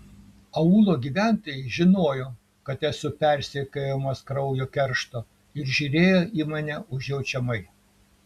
aūlo gyventojai žinojo kad esu persekiojamas kraujo keršto ir žiūrėjo į mane užjaučiamai